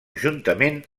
juntament